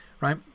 right